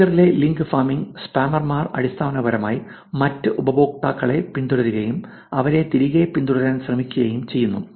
ട്വിറ്ററിലെ ലിങ്ക് ഫാമിംഗിൽ സ്പാമർമാർ അടിസ്ഥാനപരമായി മറ്റ് ഉപയോക്താക്കളെ പിന്തുടരുകയും അവരെ തിരികെ പിന്തുടരാൻ ശ്രമിക്കുകയും ചെയ്യുന്നു